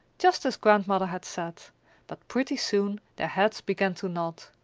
just as grandmother had said but pretty soon their heads began to nod.